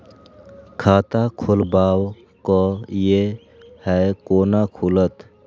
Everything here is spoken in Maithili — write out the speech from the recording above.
खाता खोलवाक यै है कोना खुलत?